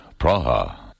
Praha